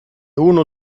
uno